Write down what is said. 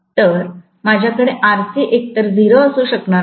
तर माझ्याकडे Rc एकतर 0 असू शकत नाही